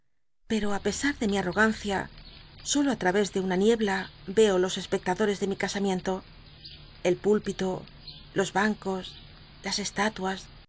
pero i pesar de mi u niebla veo los espectadores de mi casamiento el púlpito los bancos las estatuas